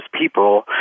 people